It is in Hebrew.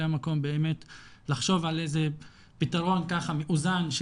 המקום באמת לחשוב על איזה פתרון ככה מאוזן,